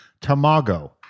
tamago